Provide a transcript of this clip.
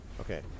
Okay